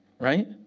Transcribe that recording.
right